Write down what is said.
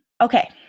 Okay